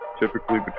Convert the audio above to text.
Typically